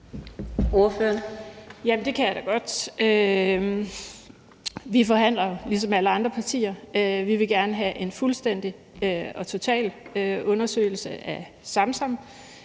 det kan jeg da godt. Vi forhandler ligesom alle andre partier. Vi vil gerne have en fuldstændig og total undersøgelse af Samsam,